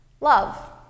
Love